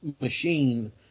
machine